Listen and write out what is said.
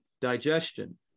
digestion